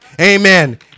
Amen